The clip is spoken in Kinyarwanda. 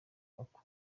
uko